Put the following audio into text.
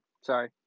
Sorry